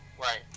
Right